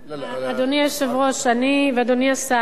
אדוני היושב-ראש ואדוני השר,